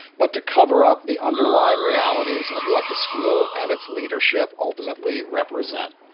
but to cover up the underlying realities of what the school and its leadership ultimately represent.